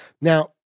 Now